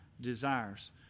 desires